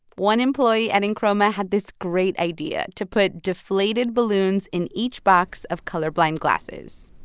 one employee at enchroma had this great idea to put deflated balloons in each box of colorblind glasses.